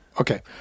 Okay